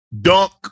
Dunk